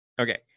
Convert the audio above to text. Okay